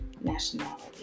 Nationality